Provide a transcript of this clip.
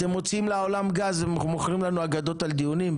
אתם מוציאים לעולם גז ומוכרים לנו אגדות על דיונים?